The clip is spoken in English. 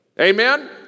Amen